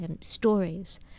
stories